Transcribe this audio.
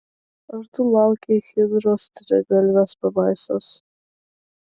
ar tu laukei hidros trigalvės pabaisos